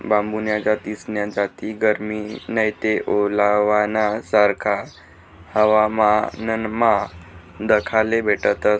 बांबून्या जास्तीन्या जाती गरमीमा नैते ओलावाना सारखा हवामानमा दखाले भेटतस